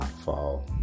fall